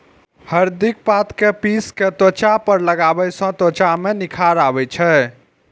हरदिक पात कें पीस कें त्वचा पर लगाबै सं त्वचा मे निखार आबै छै